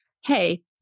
hey